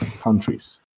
countries